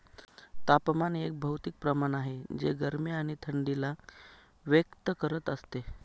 तापमान एक भौतिक प्रमाण आहे जे गरमी आणि थंडी ला व्यक्त करत असते